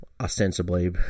ostensibly